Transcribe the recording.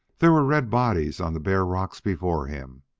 there were red bodies on the bare rock before him.